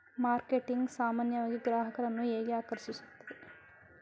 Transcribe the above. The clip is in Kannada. ಮಾರ್ಕೆಟಿಂಗ್ ಸಾಮಾನ್ಯವಾಗಿ ಗ್ರಾಹಕರನ್ನು ಹೇಗೆ ಆಕರ್ಷಿಸುತ್ತದೆ?